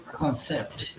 concept